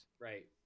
right